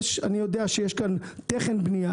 אני יודע שיש כאן תכן בנייה,